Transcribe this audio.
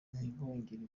ntibongere